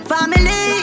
Family